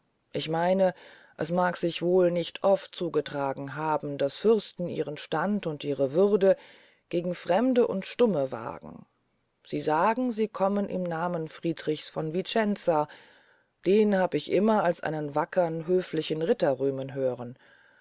ich meine es mag sich wohl nicht oft zugetragen haben daß fürsten ihren stand und ihre würde gegen fremde und stumme wagen sie sagen sie kommen im namen friedrichs von vicenza den hab ich immer als einen wackern höflichen ritter rühmen hören